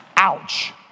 Ouch